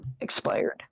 expired